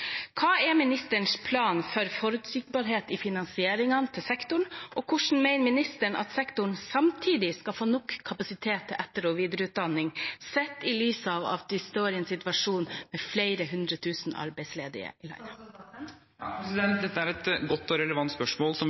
Hva er ministerens plan for forutsigbarhet i finansieringen til sektoren, og hvordan mener ministeren at sektoren samtidig skal få nok kapasitet til etter- og videreutdanning, sett i lys av at vi står i en situasjon med flere hundre tusen arbeidsledige? Dette er et godt og relevant spørsmål som